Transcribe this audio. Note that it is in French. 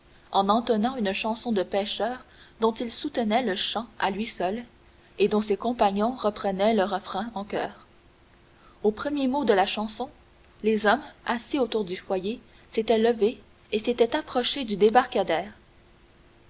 en entonnant une chanson de pêcheurs dont il soutenait le chant à lui seul et dont ses compagnons reprenaient le refrain en choeur au premier mot de la chanson les hommes assis autour du foyer s'étaient levés et s'étaient approchés du débarcadère